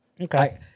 Okay